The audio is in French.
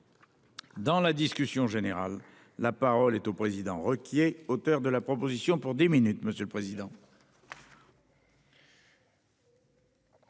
Dans la discussion générale. La parole est au président requis et auteur de la proposition pour 10 minutes, monsieur le président.